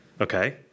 okay